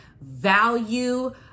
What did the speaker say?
value